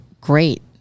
great